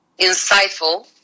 insightful